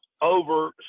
over